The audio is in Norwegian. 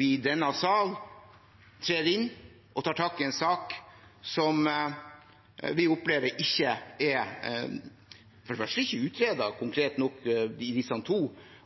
i denne sal trer inn og tar tak i en sak som vi opplever ikke er utredet konkret nok i disse to